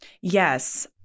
Yes